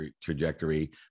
trajectory